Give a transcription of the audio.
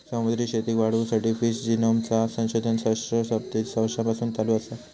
समुद्री शेतीक वाढवुसाठी फिश जिनोमचा संशोधन सहस्त्राबधी वर्षांपासून चालू असा